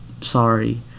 sorry